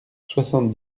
soixante